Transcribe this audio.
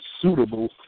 suitable